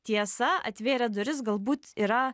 tiesa atvėrė duris galbūt yra